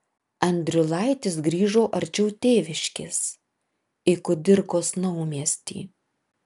andriulaitis grįžo arčiau tėviškės į kudirkos naumiestį